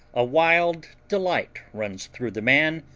a wild delight runs through the man,